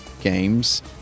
games